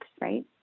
right